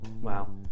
Wow